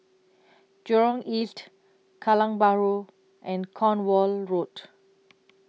Jurong East Kallang Bahru and Cornwall Road